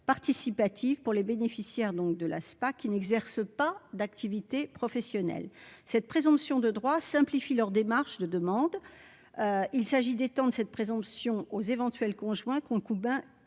participative pour les bénéficiaires, donc de l'ASPA, qui n'exercent pas d'activité professionnelle cette présomption de droit simplifier leurs démarches de demande, il s'agit d'temps de cette présomption aux éventuels conjoint, concubin